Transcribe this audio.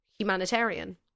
Humanitarian